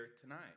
tonight